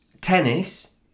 tennis